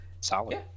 solid